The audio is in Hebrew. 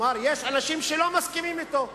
כלומר, יש אנשים שלא מסכימים אתו,